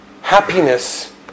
happiness